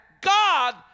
God